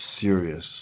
serious